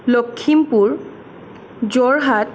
Lakhimpur Jorhat